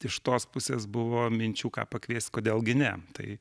iš tos pusės buvo minčių ką pakviest kodėl gi ne tai